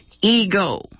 ego